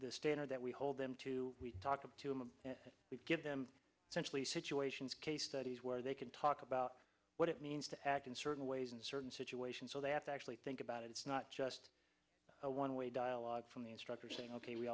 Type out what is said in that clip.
the standard that we hold them to talk to them and give them centrally situations case studies where they can talk about what it means to act in certain ways in certain situations so they have to actually think about it it's not just a one way dialogue from the instructor saying ok we